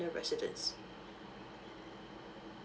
residents